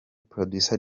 producer